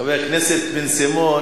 חבר הכנסת בן-סימון